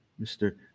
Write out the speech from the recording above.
mr